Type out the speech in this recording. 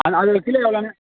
அண்ணே அது ஒரு கிலோ எவ்வளோண்ணே